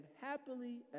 happily